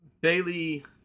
Bailey